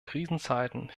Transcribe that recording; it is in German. krisenzeiten